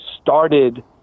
started